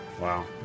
Wow